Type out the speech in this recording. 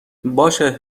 باشه